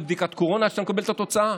בדיקת קורונה ועד שאתה מקבל את התוצאה,